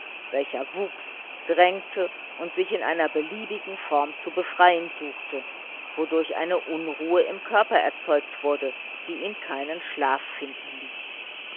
welcher wuchs drängte und sich in einer beliebigen form zu befreien suchte wodurch eine unruhe im körper erzeugt wurde die ihn keinen schlaf finden ließ